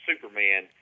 Superman